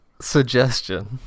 Suggestion